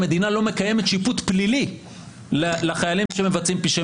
המדינה לא מקיימת שיפוט פלילי לחיילים שמבצעים פשעי